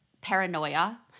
paranoia